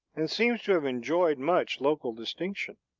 and seems to have enjoyed much local distinction.